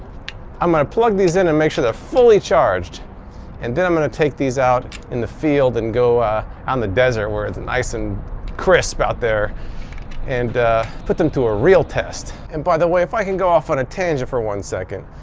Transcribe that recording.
i'm going to plug these in and make sure they're fully charged and then i'm going to take these out in the field and go ah out in the desert where it's nice and crisp out there and put them to a real test. and by the way, if i can go off on a tangent for one second.